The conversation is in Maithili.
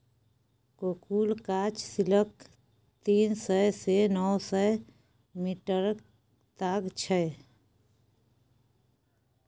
कोकुन काँच सिल्कक तीन सय सँ नौ सय मीटरक ताग छै